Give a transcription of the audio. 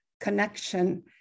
connection